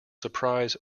surprise